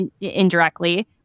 indirectly